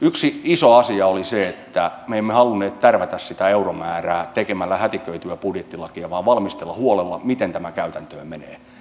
yksi iso asia oli se että me emme halunneet tärvätä sitä euromäärää tekemällä hätiköityä budjettilakia vaan valmistella huolella miten tämä käytäntöön menee